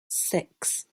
six